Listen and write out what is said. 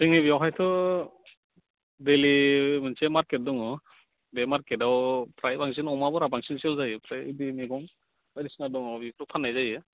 जोंनि बेवहायथ' दैलि मोनसे मारकेट दङ बे मारकेटाव फ्राय बांसिन अमाफोरा बांसिन सेल जायो ओमफ्राय बे मैगं बायदिसिना दङ बेफोरखौ फान्नाय जायो